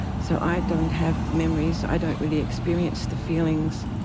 so i don't have the memories, i don't really experience the feelings.